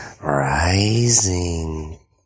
Rising